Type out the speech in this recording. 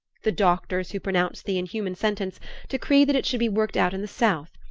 the doctors who pronounced the inhuman sentence decreed that it should be worked out in the south,